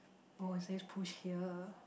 oh it says push here